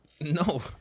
No